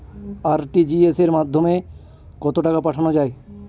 RTGS এর মাধ্যমে কত টাকা পাঠানো যায়?